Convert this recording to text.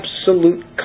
Absolute